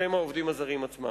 שהם העובדים הזרים עצמם.